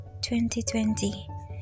2020